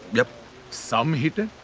yeah some hit-n-run?